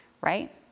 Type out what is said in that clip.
right